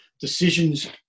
decisions